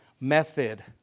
method